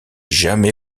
jamais